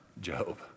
Job